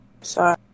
Sorry